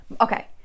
Okay